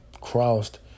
crossed